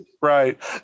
right